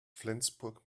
flensburg